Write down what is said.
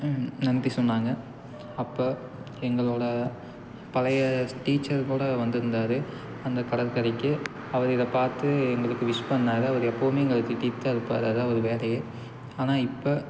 நன்றி சொன்னாங்க அப்போ எங்களோடய பழைய டீச்சர் கூட வந்துருந்தார் அந்த கடற்கரைக்கு அவர் இதை பார்த்து எங்களுக்கு விஷ் பண்ணார் அவர் எப்போவும் எங்களை திட்டிட்டு தான் இருப்பார் அதான் அவர் வேலையே ஆனால் இப்போ